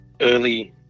early